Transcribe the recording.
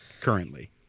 Currently